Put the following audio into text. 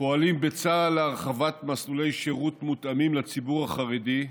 פועלים בצה"ל להרחבת מסלולי שירות מותאמים לציבור החרדי,